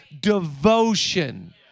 devotion